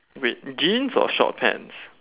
wait jeans or short pants